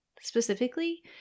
specifically